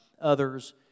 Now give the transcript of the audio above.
others